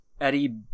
Eddie